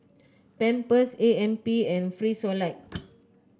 Pampers A M P and Frisolac